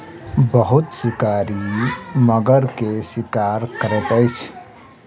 बहुत शिकारी मगर के शिकार करैत अछि